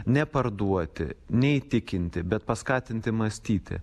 neparduoti neįtikinti bet paskatinti mąstyti